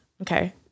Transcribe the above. Okay